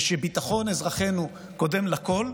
ושביטחון אזרחנו קודם לכול,